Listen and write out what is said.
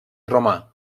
romà